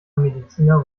mediziner